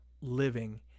living